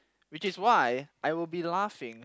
which is why I will be laughing